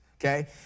okay